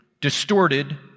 distorted